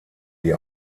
die